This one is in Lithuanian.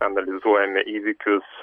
analizuojame įvykius